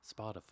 Spotify